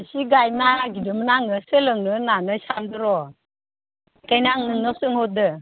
इसे गायनो नागिरदोंमोन आङो सोलोंनो होन्नानै सानदों र' बेखायनो आं नोंनाव सोंहरदों